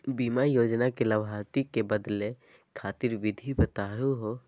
बीमा योजना के लाभार्थी क बदले खातिर विधि बताही हो?